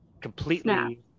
completely